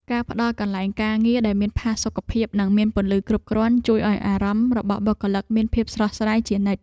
ការផ្តល់កន្លែងការងារដែលមានផាសុកភាពនិងមានពន្លឺគ្រប់គ្រាន់ ជួយឱ្យអារម្មណ៍របស់បុគ្គលិកមានភាពស្រស់ស្រាយជានិច្ច។